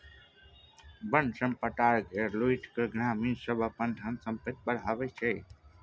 बन संपदा केर लुटि केँ ग्रामीण सब अपन धन संपैत बढ़ाबै छै